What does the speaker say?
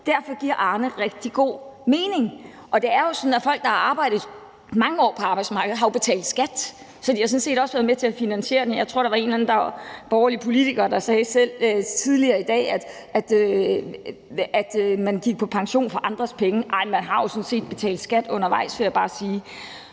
Derfor giver Arnepensionen rigtig god mening, og det er jo sådan, at folk, der har arbejdet mange år på arbejdsmarkedet, har betalt skat. Så de har sådan set også været med til at finansiere den. Jeg tror, der var en eller anden borgerlig politiker, der sagde tidligere i dag, at man gik på pension for andres penge. Nej, man har jo sådan set betalt skat undervejs, vil jeg bare sige.